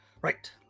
Right